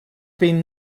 been